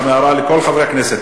וגם זו הערה לכל חברי הכנסת,